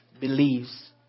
believes